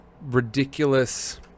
ridiculous